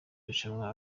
rushanwa